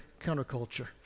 counterculture